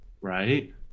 right